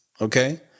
Okay